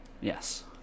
Yes